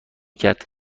کرد